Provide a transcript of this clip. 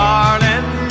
Darling